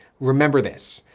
remember this,